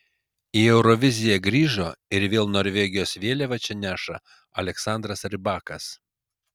į euroviziją grįžo ir vėl norvegijos vėliavą čia neša aleksandras rybakas